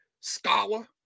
scholar